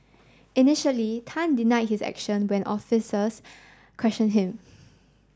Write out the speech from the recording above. initially Tan denied his action when officers question him